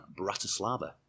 Bratislava